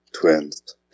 twins